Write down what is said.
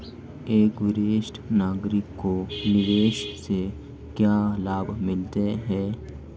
एक वरिष्ठ नागरिक को निवेश से क्या लाभ मिलते हैं?